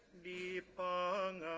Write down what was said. be on